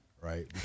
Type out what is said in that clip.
Right